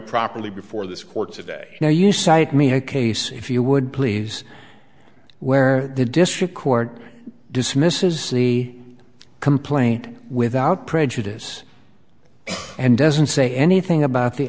properly before this court today now you cite me a case if you would please where the district court dismisses the complaint without prejudice and doesn't say anything about the